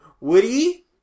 Woody